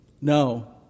No